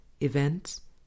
events